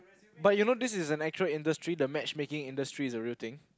but you know this is an actual industry the matchmaking industry is a real thing